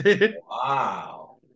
Wow